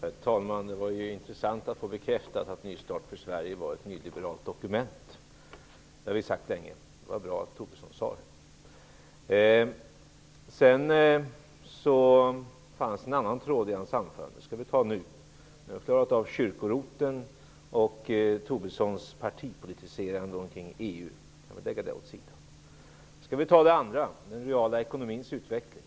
Herr talman! Det var intressant att få bekräftat att Ny start för Sverige var ett nyliberalt dokument. Det har vi sagt länge, och det var bra att också Lars Tobisson sade det. Det fanns en annan tråd i hans anförande. Vi har klarat av frågan om kyrko-ROT och Tobissons partipolitiserande kring EU. Vi kan lägga det åt sidan och ta upp det andra, den reala ekonomins utveckling.